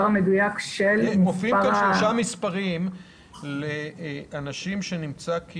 מופיעים פה שלושה מספרים לאנשים שנמצא כי